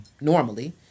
normally